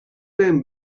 بهم